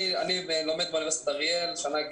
התקיים שיח ומתקיים שיח עם הסטודנטים.